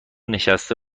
نشسته